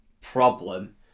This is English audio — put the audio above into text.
problem